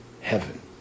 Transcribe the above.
heaven